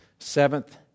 Seventh